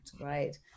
right